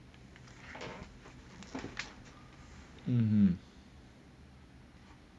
um